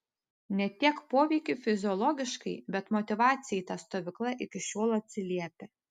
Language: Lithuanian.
ne tiek poveikiui fiziologiškai bet motyvacijai ta stovykla iki šiol atsiliepia